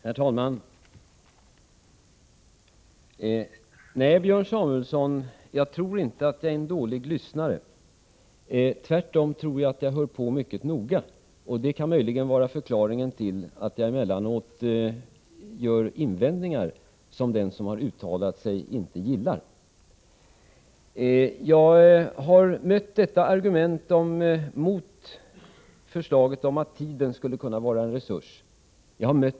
Herr talman! Nej, Björn Samuelson, jag tror inte att jag är en dålig lyssnare. Tvärtom hör jag på mycket noga, och det kan möjligen vara förklaringen till att jag emellanåt gör invändningar som den som har uttalat sig inte gillar. Jag har under den gångna vintern gång på gång mött det nyss anförda argumentet mot förslaget om att tiden skulle kunna vara en resurs.